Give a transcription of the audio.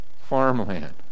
farmland